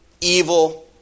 evil